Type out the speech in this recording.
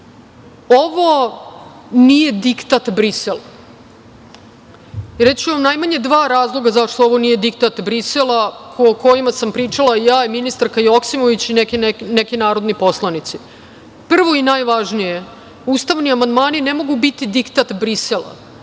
nije diktat Brisela. Reći ću vam, najmanje dva razloga zašto ovo nije diktat Brisela, o kojima sam pričala ja i ministarka Joksimović i neki narodni poslanici. Prvo i najvažnije, ustavni amandmani ne mogu biti diktat Brisela,